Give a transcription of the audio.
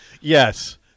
yes